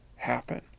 happen